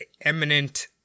eminent